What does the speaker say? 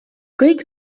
kõik